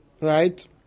right